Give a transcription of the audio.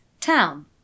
town